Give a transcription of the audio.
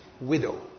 widow